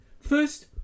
First